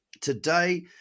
Today